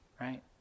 right